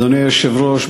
אדוני היושב-ראש,